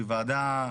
שהיא ועדה,